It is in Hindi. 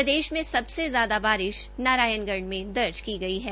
प्रदेश में सबसे ज्यादा बारिश नारायणगढ़ में दर्ज की गई है